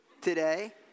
today